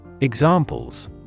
Examples